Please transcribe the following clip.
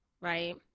right